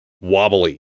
wobbly